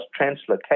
translocation